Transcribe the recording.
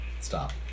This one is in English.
Stop